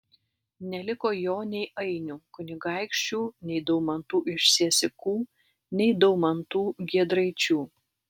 neliko jo nei ainių kunigaikščių nei daumantų iš siesikų nei daumantų giedraičių